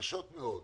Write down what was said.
קשות מאות,